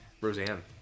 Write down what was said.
Roseanne